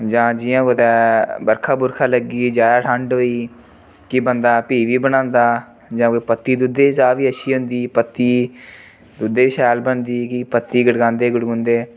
जां जियां कुतै बरखा बुरखा लग्गी गेई ज्यादा ठंड होई कि बंदा फ्ही बी बनांदा जां कोई पत्ती दुद्धै दी चाह् बी अच्छी होंदी पत्ती दद्धै बी शैल बनदी कि पत्ती गढ़कांदे गुड़कुन्दे